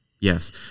Yes